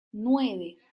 nueve